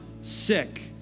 sick